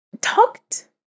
talked